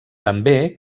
també